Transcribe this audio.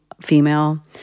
female